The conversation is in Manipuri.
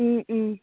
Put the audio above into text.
ꯎꯝ ꯎꯝ